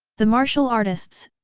the martial artists,